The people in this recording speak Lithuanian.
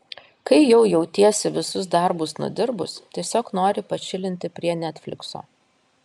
kai jau jautiesi visus darbus nudirbus tiesiog nori pačilinti prie netflikso